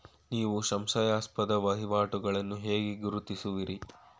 ನೀವು ಸಂಶಯಾಸ್ಪದ ವಹಿವಾಟುಗಳನ್ನು ಹೇಗೆ ಗುರುತಿಸುವಿರಿ?